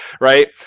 right